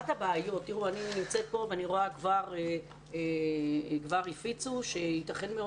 אני נמצאת כאן ואני רואה שכבר הפיצו שיתכן מאוד